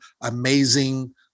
amazing